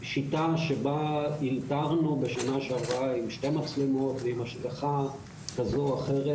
השיטה שבה אלתרנו בשנה שעברה עם שתי מצלמות ועם השגחה כזו או אחרת,